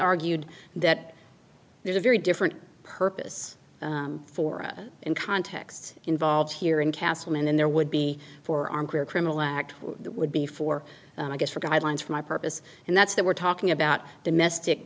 argued that there's a very different purpose for us in context involved here in castlemaine then there would be for on clear criminal act that would be for i guess for guidelines for my purpose and that's that we're talking about domestic